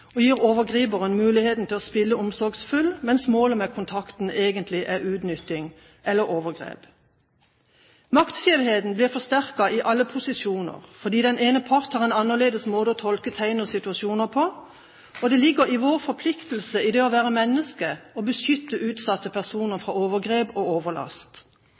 og gir overgriperen muligheten til å spille omsorgsfull, mens målet med kontakten egentlig er utnytting eller overgrep. Maktskjevheten blir forsterket i alle posisjoner fordi den ene part har en annerledes måte å tolke tegn og situasjoner på. Det ligger i vår forpliktelse i det å være menneske å beskytte utsatte personer fra overgrep og overlast.